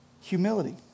humility